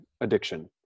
addiction